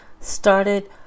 started